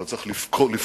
אבל צריך לבחור